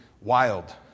wild